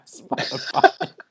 Spotify